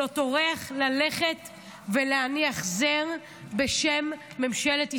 לא טורח ללכת ולהניח זר בשם ממשלת ישראל.